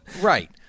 Right